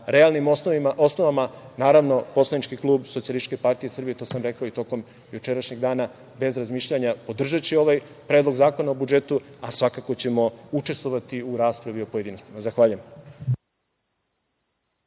realnim osnovama, naravno poslanički klub SPS, to sam rekao i tokom jučerašnjeg dana, bez razmišljanja podržaće ovaj Predlog zakona o budžetu, a svakako ćemo učestvovati u raspravi u pojedinostima. Zahvaljujem.